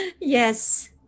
Yes